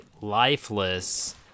lifeless